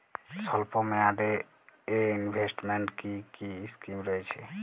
স্বল্পমেয়াদে এ ইনভেস্টমেন্ট কি কী স্কীম রয়েছে?